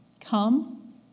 Come